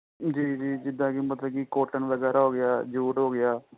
ਜੀ ਜੀ ਜਿੱਦਾਂ ਕਿ ਮਤਲਬ ਕਿ ਕੋਟਨ ਵਗੈਰਾ ਹੋ ਗਿਆ ਜੂਟ ਹੋ ਗਿਆ